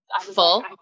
full